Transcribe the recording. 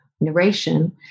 narration